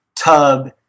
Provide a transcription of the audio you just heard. tub